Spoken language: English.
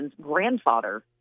grandfather